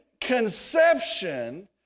conception